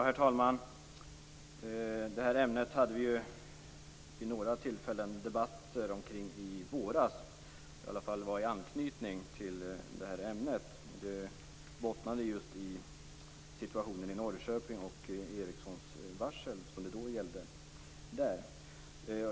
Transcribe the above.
Herr talman! Vi hade i våras debatter i det här ämnet eller i varje fall i anknytning till detta. De utgick från situationen i Norrköping i samband med Ericssons varsel där.